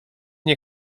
nie